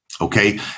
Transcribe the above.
Okay